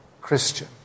Christian